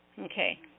Okay